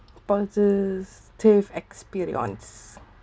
positive experience